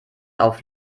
auf